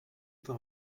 par